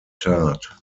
tat